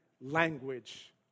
language